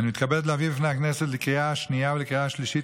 אני מתכבד להביא בפני הכנסת לקריאה השנייה ולקריאה השלישית